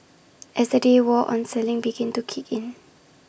as the day wore on selling began to kick in